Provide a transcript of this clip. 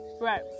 right